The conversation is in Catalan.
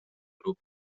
grup